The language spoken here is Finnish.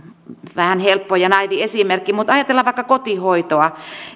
vähän helppo ja naiivi esimerkki ajatellaan vaikka kotihoitoa